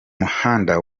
muhanda